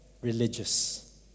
religious